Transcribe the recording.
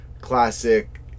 classic